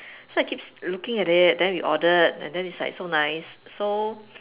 so I keep looking at it then we ordered and then it's like so nice so